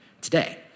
today